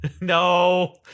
No